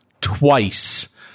twice